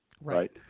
right